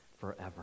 forever